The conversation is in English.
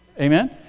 Amen